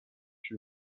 she